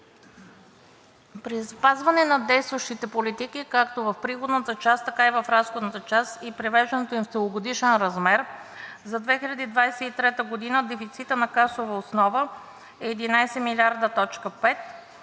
При запазване на действащите политики както в приходната част, така и в разходната част и привеждането им в целогодишен размер за 2023 г. дефицитът на касова основа е 11,5 милиарда, което е